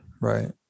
Right